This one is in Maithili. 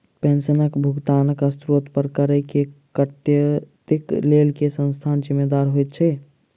पेंशनक भुगतानक स्त्रोत पर करऽ केँ कटौतीक लेल केँ संस्था जिम्मेदार होइत छैक?